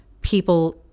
people